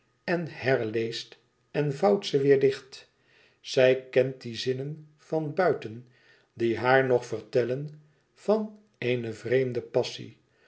en herleest en vouwt ze weêr dicht zij kent die zinnen van buiten die haar nog vertellen van eene vreemde passie